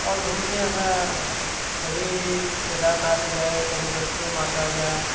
और घूमते हैं कभी केदारनाथ गए कभी वैष्णो माता गए के